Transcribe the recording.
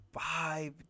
five